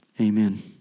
Amen